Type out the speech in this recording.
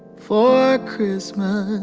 for christmas.